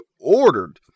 ordered